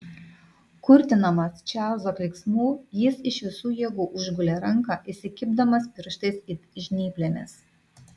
kurtinamas čarlzo klyksmų jis iš visų jėgų užgulė ranką įsikibdamas pirštais it žnyplėmis